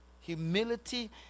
Humility